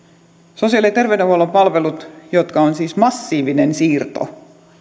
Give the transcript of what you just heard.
sosiaali ja terveydenhuollon palvelut jotka ovat siis massiivinen siirto